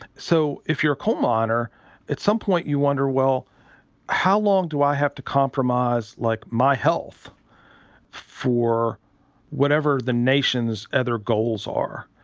so if you're a coal miner at some point you wonder well how long do i have to compromise like my health for whatever the nation's other goals are.